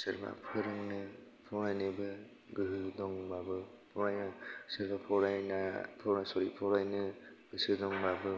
सोरबा फोरोंनो फरायनोबो गोहो दंबाबो फरायना सोरबा फरायना सरि फरायनो गोसो दंबाबो